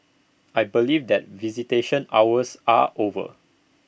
I believe that visitation hours are over